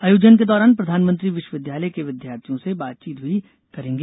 आयोजन के दौरान प्रधानमंत्री विश्वविद्यालय के विद्यार्थियों से बातचीत भी करेंगें